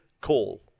call